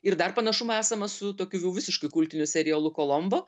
ir dar panašumo esama su tokiu jau visiškai kultiniu serialu kolombo